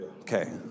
Okay